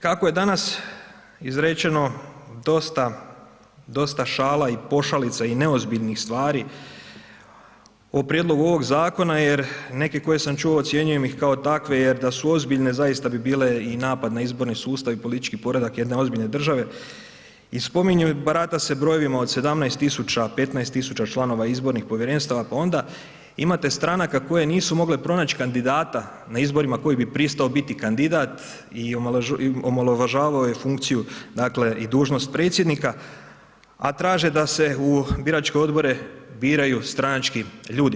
Kako je danas izrečeno dosta šala i pošalica i neozbiljnih stvari o prijedlogu ovoga zakona jer neke koje sam čuo ocjenjujem ih kao takve jer da su ozbiljne zaista bi bile i napad na izborni sustav i politički poredak jedne ozbiljne države i spominju i barata se brojevima od 17 tisuća, 15 tisuća članova izbornih povjerenstava pa onda imate stranaka koje nisu mogle pronaći kandidata na izborima koji bi pristao biti kandidat i omalovažavao je funkciju dakle i dužnost predsjednika a traže da se u biračke odbore biraju stranački ljudi.